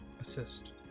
assist